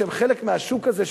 שהם חלק מהשוק הזה,